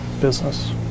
business